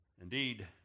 Indeed